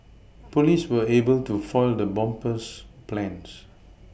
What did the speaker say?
police were able to foil the bomber's plans